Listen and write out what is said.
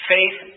Faith